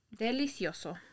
Delicioso